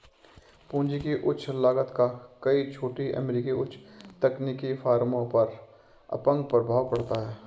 पूंजी की उच्च लागत का कई छोटी अमेरिकी उच्च तकनीकी फर्मों पर अपंग प्रभाव पड़ता है